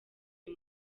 uyu